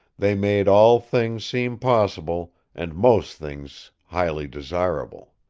they made all things seem possible, and most things highly desirable.